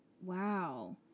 Wow